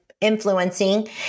influencing